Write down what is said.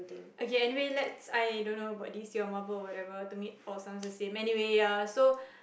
okay anyway let's I don't know about this you're marvel whatever to me it all sounds the same anyway ya so